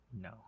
No